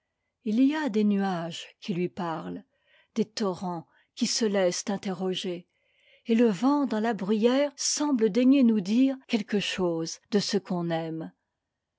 il y a des nuages qui lui parlent des torrents qui se laissent interroger et le vent dans la bruyère semble daigner nous dire quelque chose de ce qu'on aime